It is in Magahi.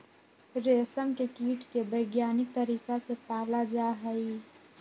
रेशम के कीट के वैज्ञानिक तरीका से पाला जाहई